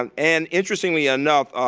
um and interestingly enough,